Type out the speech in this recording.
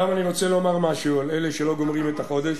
עכשיו אני רוצה לומר משהו על אלה שלא גומרים את החודש.